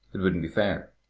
it wouldn't be fair.